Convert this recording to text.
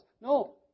No